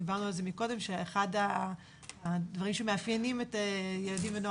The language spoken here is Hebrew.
דיברנו קודם על כך שאחד הדברים שמאפיינים ילדים ונוער